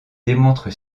démontrent